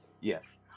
Yes